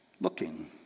looking